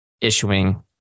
Issuing